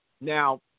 Now